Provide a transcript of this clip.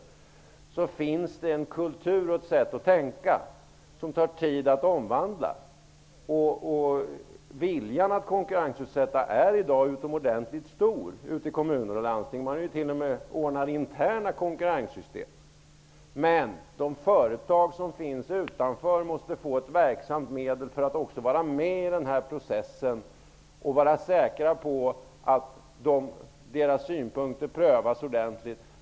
Därför finns en kultur och ett sätt att tänka som det tar tid att omvandla. Viljan att konkurrensutsätta i kommuner och landsting är i dag utomordentligt stor. Man ordnar t.o.m. interna konkurrenssystem. Men de företag som finns utanför måste också få ett verksamt medel för att kunna vara med i den här processen och vara säkra på att deras synpunkter prövas ordentligt.